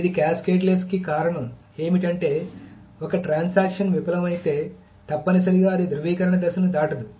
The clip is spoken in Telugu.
ఇది క్యాస్కేడ్లెస్కి కారణం ఏమిటంటే ఒక ట్రాన్సాక్షన్ విఫలమైతే తప్పనిసరిగా అది ధ్రువీకరణ దశను దాటదు